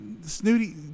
Snooty